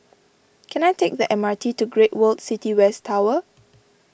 can I take the M R T to Great World City West Tower